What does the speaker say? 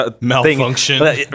Malfunction